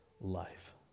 life